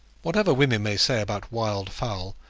whatever women may say about wild-fowl,